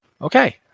Okay